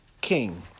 king